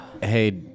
Hey